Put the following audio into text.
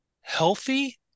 healthy